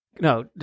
No